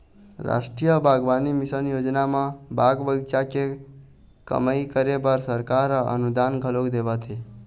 रास्टीय बागबानी मिसन योजना म बाग बगीचा के कमई करे बर सरकार ह अनुदान घलोक देवत हे